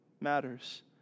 matters